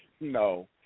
no